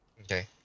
Okay